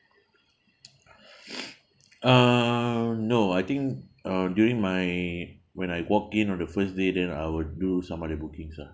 uh no I think uh during my when I walk in on the first day then I would do some other bookings lah